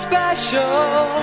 special